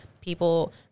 people